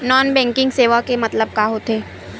Non banking सेवा के मतलब का होथे?